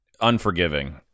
unforgiving